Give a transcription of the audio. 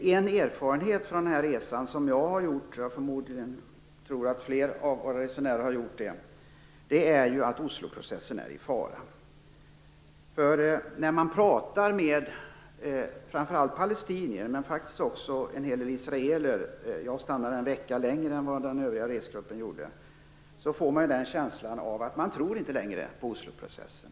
En erfarenhet från den resa som jag har gjort - förmodligen har fler av resenärerna samma erfarenhet - är att Osloprocessen är i fara. När man pratar med framför allt palestinier, men faktiskt också med en hel del israeler - jag stannade en vecka längre än vad övriga i gruppen gjorde - får man en känsla av att folk inte längre tror på Osloprocessen.